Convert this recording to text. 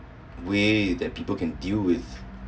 way that people can deal with